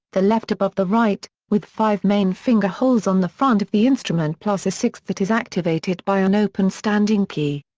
the left above the right, with five main finger holes on the front of the instrument plus a sixth that is activated by an open-standing key.